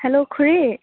hello খুৰী